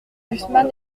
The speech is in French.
gusman